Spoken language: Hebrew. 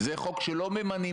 על מה אתם מקשקשים?